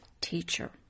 teacher